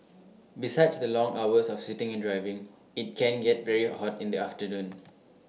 besides the long hours of sitting and driving IT can get very hot in the afternoon